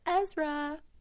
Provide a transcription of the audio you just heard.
Ezra